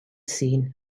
seen